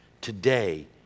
today